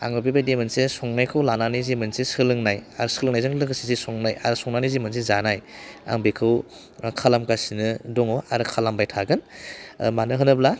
आङो बे बायदि मोनसे संनायखौ लानानै जि मोनसे सोलोंनाय आरो सोलोंनायजों लोगोसे जि संनाय आरो संनानै जि मोनसे जानाय आं बिखौ खालामगासिनो दङ आरो खालामबाय थागोन मानो होनोब्ला